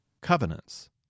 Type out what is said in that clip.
covenants